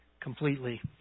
completely